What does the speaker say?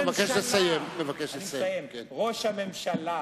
ראש הממשלה